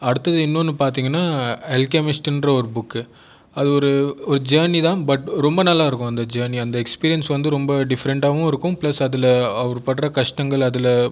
அடுத்தது இன்னொன்னு பார்த்தீங்கன்னா அல்கெமிஸ்ட் என்ற ஒரு புக் அது ஒரு ஒரு ஜேர்னி தான் பட் ரொம்ப நல்லா இருக்கும் அந்த ஜேர்னி அந்த எக்ஸ்பீரியென்ஸ் வந்து ரொம்ப டிஃப்ரெண்ட்டாகவும் இருக்கும் ப்ளஸ் அதில் அவர் படுகிற கஷ்டங்கள் அதில்